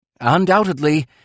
Undoubtedly